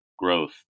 Growth